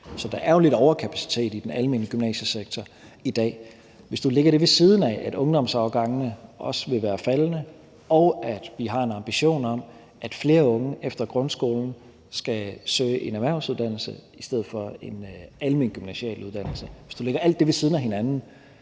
Så der er jo lidt overkapacitet i den almene gymnasiesektor i dag. Hvis du dertil lægger, at ungdomsårgangene også vil være faldende i størrelse, og at vi har en ambition om, at flere unge efter grundskolen skal søge en erhvervsuddannelse i stedet for en almen gymnasial uddannelse, så er vi nødt til at diskutere